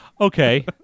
Okay